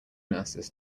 nurses